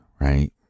right